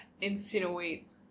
insinuate